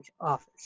office